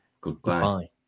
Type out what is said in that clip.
Goodbye